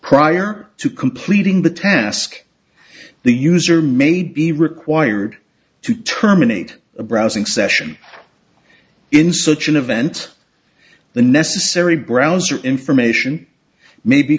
prior to completing the task the user may be required to terminate a browsing session in such an event the necessary browser information may be